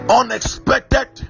unexpected